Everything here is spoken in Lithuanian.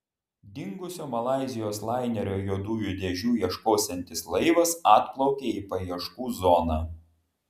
dingusio malaizijos lainerio juodųjų dėžių ieškosiantis laivas atplaukė į paieškų zoną